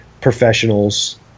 professionals